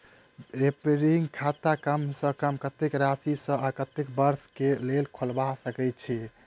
recurring खाता कम सँ कम कत्तेक राशि सऽ आ कत्तेक वर्ष कऽ लेल खोलबा सकय छी